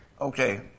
Okay